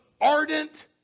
ardent